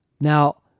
Now